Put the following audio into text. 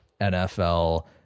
NFL